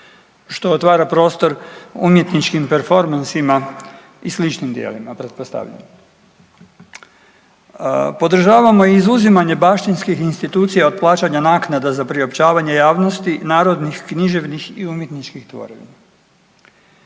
što otvara prostor umjetničkim performansima i sličnim djelima, pretpostavljam. Podržavamo i izuzimanje baštinskih institucija od plaćanja naknada za priopćavanje javnosti narodnih književnih i umjetničkih tvorevina.